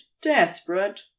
desperate